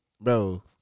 bro